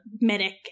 medic